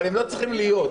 הם לא צריכים להיות.